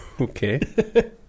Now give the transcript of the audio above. Okay